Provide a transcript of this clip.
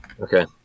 Okay